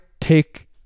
take